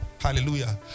hallelujah